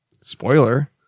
Spoiler